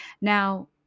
Now